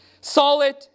solid